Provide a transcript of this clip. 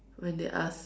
when they ask